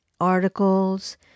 articles